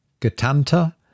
Gatanta